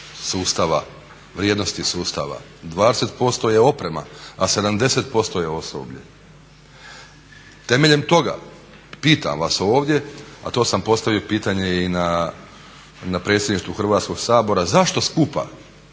10% vrijednosti sustava, 20% je oprema, a 70% je osoblje. Temeljem toga pitam vas ovdje, a to sam postavio pitanje i na Predsjedništvu Hrvatskoga sabora, zašto skupa